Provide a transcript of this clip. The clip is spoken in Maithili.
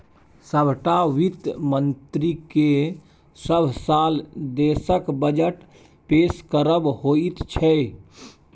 सभटा वित्त मन्त्रीकेँ सभ साल देशक बजट पेश करब होइत छै